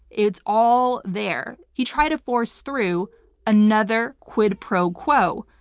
it's all there. he tried to force through another quid pro quo,